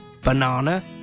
Banana